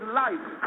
life